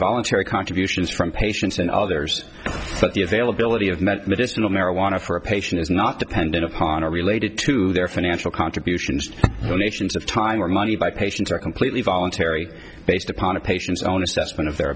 voluntary contributions from patients and others that the availability of met medicinal marijuana for a patient is not dependent upon are related to their financial contributions donations of time or money by patients are completely voluntary based upon a patient's own assessment of their